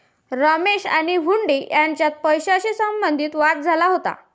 रमेश आणि हुंडी यांच्यात पैशाशी संबंधित वाद झाला होता